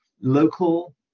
local